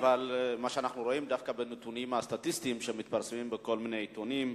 מה שאנחנו רואים בנתונים הסטטיסטיים שמתפרסמים בכל מיני עיתונים,